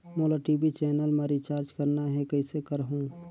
मोला TV channel मा recharge करना हे, कइसे करहुँ?